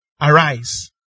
arise